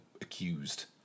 accused